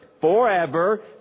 forever